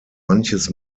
manches